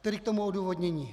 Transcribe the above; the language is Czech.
Tedy k tomu odůvodnění.